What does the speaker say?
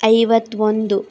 ಐವತ್ತೊಂದು